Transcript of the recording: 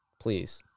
Please